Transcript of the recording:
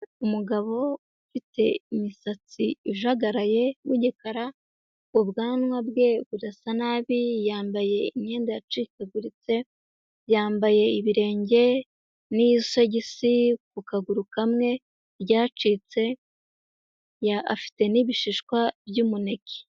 Umugabo ufite imisatsi ijagaraye w'igikara ubwanwa bwe burasa nabi yambaye imyenda yacikaguritse yambaye ibirenge n'isogisi ku kaguru kamwe ryacitse afite n'ibishishwa byumuneke.